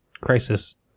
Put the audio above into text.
crisis